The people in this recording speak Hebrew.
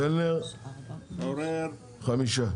חמישה.